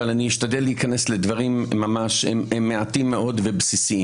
אבל אני אשתדל רק להיכנס לדברים מעטים מאוד ובסיסיים.